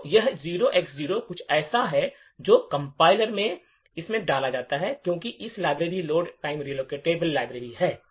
तो यह 0X0 कुछ ऐसा है जो कंपाइलर ने इसमें डाला है क्योंकि यह library load time relocatable library है